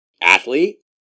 athlete